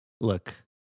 look